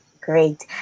great